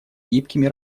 гибкими